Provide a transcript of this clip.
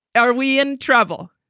are we in trouble?